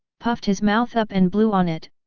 puffed his mouth up and blew on it,